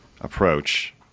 approach